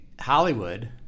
Hollywood